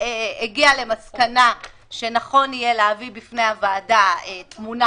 הגיעה למסקנה שנכון יהיה להביא בפני הוועדה תמונה